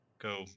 go